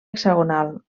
hexagonal